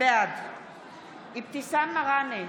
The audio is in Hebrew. בעד אבתיסאם מראענה,